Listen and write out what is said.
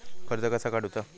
कर्ज कसा काडूचा?